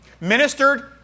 ministered